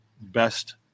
best